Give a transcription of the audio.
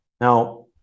Now